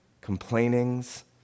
complainings